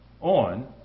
on